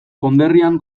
konderrian